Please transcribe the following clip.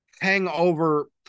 hangover